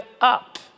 up